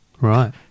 Right